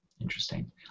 Interesting